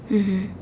mmhmm